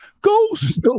Ghost